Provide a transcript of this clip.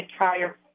entire